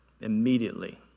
Immediately